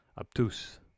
Obtuse